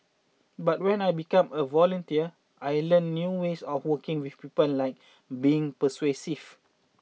but when I became a volunteer I learnt new ways of working with people like being persuasive